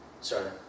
sorry